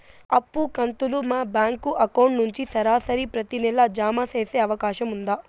అప్పు కంతులు మా బ్యాంకు అకౌంట్ నుంచి సరాసరి ప్రతి నెల జామ సేసే అవకాశం ఉందా?